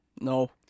no